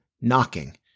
knocking